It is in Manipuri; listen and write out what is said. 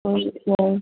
ꯍꯣꯏ ꯌꯥꯏ